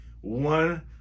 one